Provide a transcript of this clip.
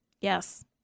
Yes